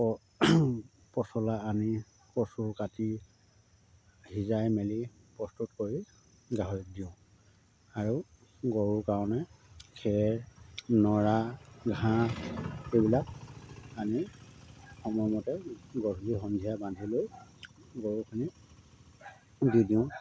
পচলা আনি কচু কাটি সিজাই মেলি প্ৰস্তুত কৰি গাহৰিক দিওঁ আৰু গৰুৰ কাৰণে খেৰ নৰা ঘাঁহ এইবিলাক আনি সময়মতে গধূলি সন্ধিয়া বান্ধি লৈ গৰুখিনিক দি দিওঁ